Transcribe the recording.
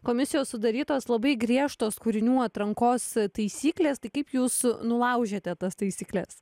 komisijos sudarytos labai griežtos kūrinių atrankos taisyklės tai kaip jūs nulaužėte tas taisykles